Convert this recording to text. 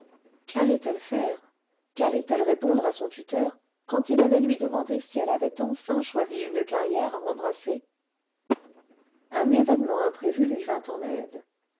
quallait elle faire qu'allait elle répondre à son tuteur quand il allait lui demander si elle avait enfin choisi une carrière à embrasser un événement imprévu lui vint en aide